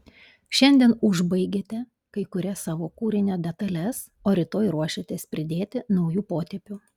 šiandien užbaigėte kai kurias savo kūrinio detales o rytoj ruošiatės pridėti naujų potėpių